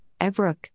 Evrook